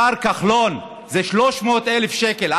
השר כחלון, זה 300,000 שקל.